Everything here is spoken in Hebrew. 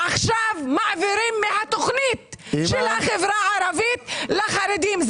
עכשיו מעבירים מהתוכנית של החברה הערבית לחרדים.